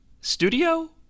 studio